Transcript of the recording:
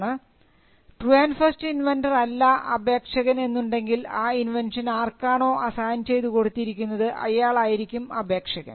true and and first ഇൻവെൻന്ററല്ല അപേക്ഷകൻ എന്നുണ്ടെങ്കിൽ ആ ഇൻവെൻഷൻ ആർക്കാണോ അസൈൻ ചെയ്തു കൊടുത്തിരിക്കുന്നത് അയളായിരിക്കും അപേക്ഷകൻ